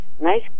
Nice